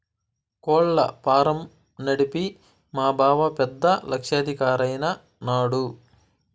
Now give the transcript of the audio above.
కోళ్ల ఫారం నడిపి మా బావ పెద్ద లక్షాధికారైన నాడు